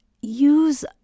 use